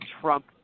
trump